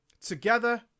together